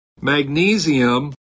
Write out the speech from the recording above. Magnesium